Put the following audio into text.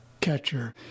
catcher